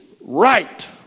right